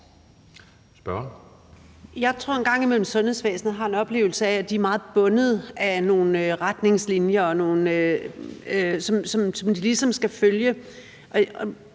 Jeg tror en gang imellem, at de i sundhedsvæsenet har en oplevelse af, at de er meget bundet af nogle retningslinjer, som de ligesom skal følge,